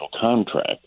contract